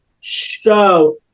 show